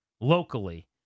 locally